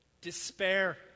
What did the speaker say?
Despair